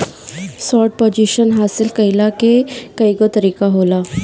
short position हासिल कईला के कईगो तरीका होला